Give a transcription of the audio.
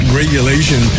regulation